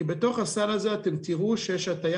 בתוך הסל הזה תראו שיש הטיה